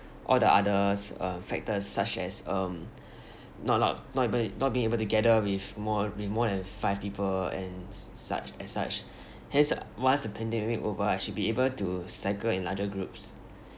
all the others uh factors such as um not allowed not able not being able to gather with more with more than five people and such as such hence once the pandemic over I should be able to cycle in larger groups